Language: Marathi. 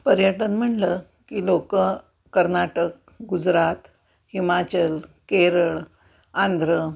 पर्यटन म्हटलं की लोकं कर्नाटक गुजरात हिमाचल केरळ आंध्र